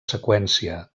seqüència